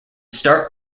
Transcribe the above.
start